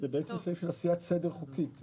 זה סעיף של עשיית סדר חוקית.